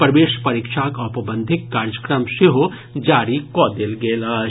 प्रवेश परीक्षाक औपबंधिक कार्यक्रम सेहो जारी कऽ देल गेल अछि